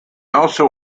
also